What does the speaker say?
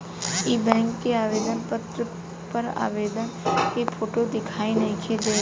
इ बैक के आवेदन पत्र पर आवेदक के फोटो दिखाई नइखे देत